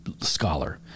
scholar